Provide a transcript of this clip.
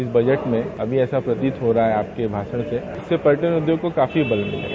इस बजट में अभी ऐसा प्रतीत हो रहा है आपके भाषण से इससे पर्यटन उद्योग को काफी बल मिलेगा